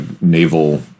naval